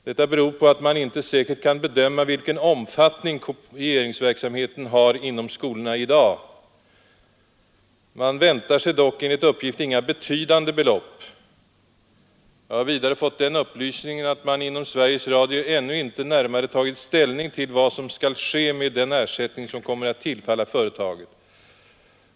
Detta beror på att man inte säkert kan bedöma vilken omfattning kopieringsverksamheten har inom skolorna i dag. Man väntar sig dock enligt uppgift inga betydande belopp. Jag har vidare fått den upplysningen att man inom Sveriges Radio ännu inte närmare tagit ställning till vad som skall ske med den ersättning som kommer att tillfalla företaget.